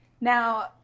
Now